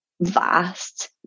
vast